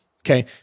Okay